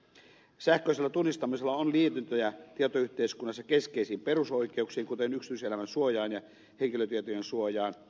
sähköisellä tunnistamisella on liityntöjä myös tietoyhteiskunnassa keskeisiin perusoikeuksiin kuten yksityiselämän suojaan ja henkilötietojen suojaan